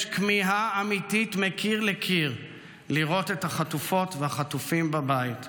יש כמיהה אמיתית מקיר לקיר לראות את החטופות והחטופים בבית.